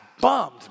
bummed